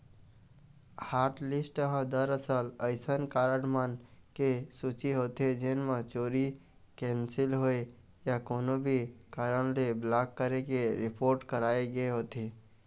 hotlist ह दरअसल अइसन कारड मन के सूची होथे जेन म चोरी, कैंसिल होए या कोनो भी कारन ले ब्लॉक करे के रिपोट कराए गे होथे